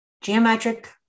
geometric